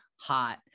Hot